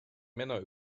männer